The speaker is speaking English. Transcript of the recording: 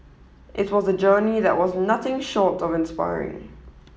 it was a journey that was nothing short of inspiring